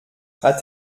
hat